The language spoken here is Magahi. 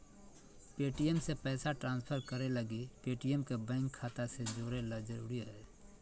पे.टी.एम से पैसा ट्रांसफर करे लगी पेटीएम के बैंक खाता से जोड़े ल जरूरी हय